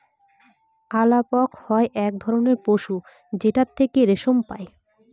আলাপক হয় এক ধরনের পশু যেটার থেকে রেশম পাই